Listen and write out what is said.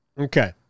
Okay